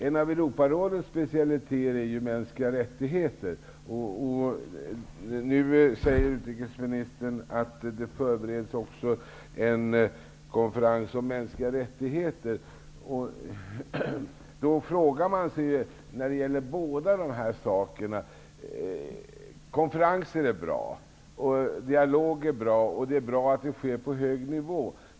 En av Europarådets specialiteter är mänskliga rättigheter. Nu säger utrikesministern att det förbereds en konferens om mänskliga rättigheter. Då kan man tycka när det gäller båda dessa saker att konferenser är bra, dialog är bra, och det är bra att det sker på hög nivå.